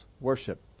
worship